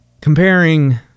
comparing